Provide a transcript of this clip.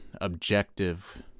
objective